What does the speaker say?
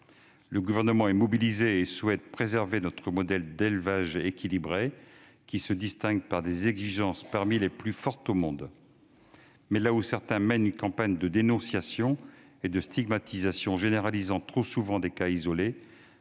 Le Gouvernement est mobilisé et souhaite préserver notre modèle d'élevage équilibré, qui se distingue par des exigences parmi les plus fortes au monde. Mais là où certains mènent une campagne de dénonciation et de stigmatisation généralisant trop souvent des cas isolés,